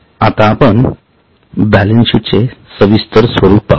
आता आपण बॅलन्सशीटचे सविस्तर स्वरूप पाहू